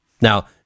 Now